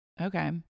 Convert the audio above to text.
okay